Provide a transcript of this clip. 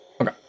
Okay